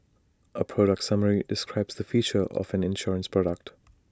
A product summary describes the features of an insurance product